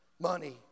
Money